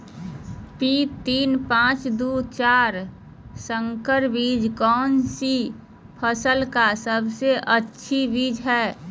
P तीन पांच दू चार संकर बीज कौन सी फसल का सबसे अच्छी बीज है?